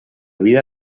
vida